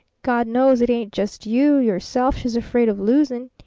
god knows it ain't just you, yourself, she's afraid of losing.